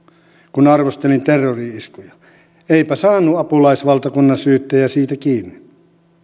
kun arvostelin terrori iskuja eipä saanut apulaisvaltakunnansyyttäjä siitä kiinni